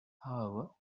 however